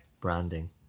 branding